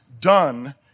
done